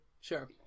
Sure